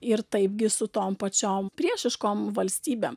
ir taipgi su tom pačiom priešiškom valstybėm